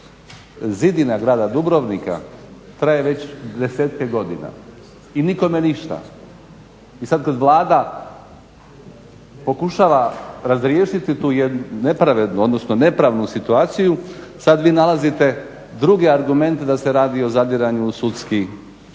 zidina grada Dubrovnika traje već desetke godina i nikome ništa. I sada kada Vlada pokušava razriješiti tu jednu nepravednu, odnosno nepravnu situaciju sada vi nalazite druge argumente da se radi o zadiranju u sudske